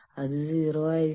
അത് 0 ആയിരിക്കാം